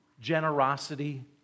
generosity